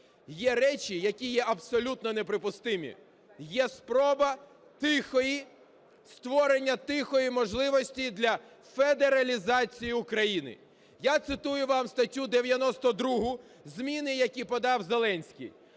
є речі, які є абсолютно неприпустимі, є спроба створення тихої можливості для федералізації України. Я цитую вам статтю 92, зміни, які подав Зеленський: